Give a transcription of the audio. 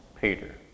Peter